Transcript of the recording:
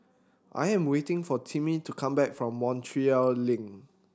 I am waiting for Timmy to come back from Montreal Link